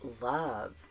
love